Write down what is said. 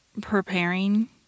preparing